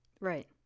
Right